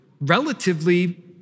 relatively